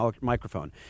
microphone